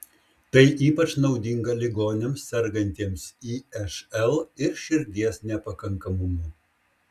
tai ypač naudinga ligoniams sergantiems išl ir širdies nepakankamumu